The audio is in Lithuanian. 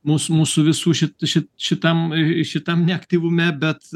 mus mūsų visų šitų šitam šitam neaktyvume bet